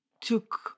took